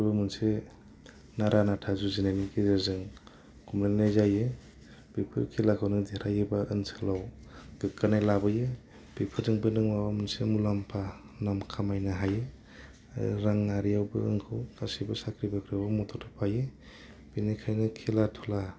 बेफोरो मोनसे नारा नारथा जुजिनायनि गेजेरजों खमलायनायजायो बेफोर खेलाखौनो देरहायोब्ला ओनसोलाव बुखोनाय लाबोयो बेफोरजोंबो नोङो आरामसे मुलाम्फा नाम खामायनो हायो आरो गुबुनखौ गासिबो साक्रि बाक्रिआवबो मदद होफायो बेनिखायनो खेला धुला